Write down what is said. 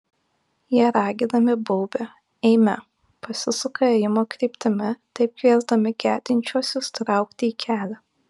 jie ragindami baubia eime pasisuka ėjimo kryptimi taip kviesdami gedinčiuosius traukti į kelią